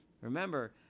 remember